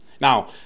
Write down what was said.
Now